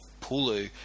Pulu